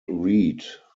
read